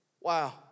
Wow